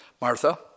Martha